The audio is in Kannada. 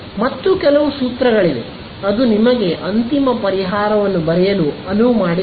ಮತ್ತು ಕೆಲವು ಸೂತ್ರಗಳಿವೆ ಅದು ನಿಮಗೆ ಅಂತಿಮ ಪರಿಹಾರವನ್ನು ಬರೆಯಲು ಅನುವು ಮಾಡಿಕೊಡುತ್ತದೆ